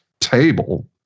Table